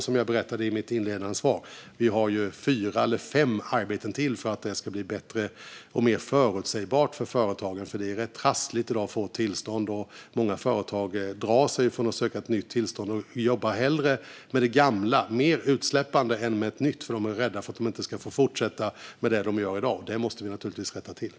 Som jag berättade i mitt inledande svar har vi fyra eller fem arbeten till för att det här ska bli bättre och mer förutsägbart för företagen. Det är rätt trassligt att få tillstånd i dag. Många företag drar sig för att söka ett nytt tillstånd. De jobbar hellre med det gamla, mer utsläppande, än med ett nytt för att de är rädda att de inte ska få fortsätta med det de gör i dag. Det måste vi naturligtvis rätta till.